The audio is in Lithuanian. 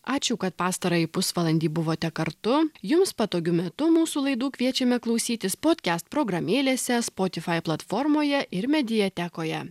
ačiū kad pastarąjį pusvalandį buvote kartu jums patogiu metu mūsų laidų kviečiame klausytis podkest programėlėse spotify platformoje ir mediatekoje